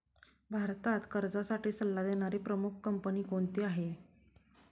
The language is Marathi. भारतात कर्जासाठी सल्ला देणारी प्रमुख कंपनी कोणती आहे?